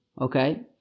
Okay